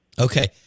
Okay